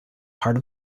heart